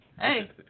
Hey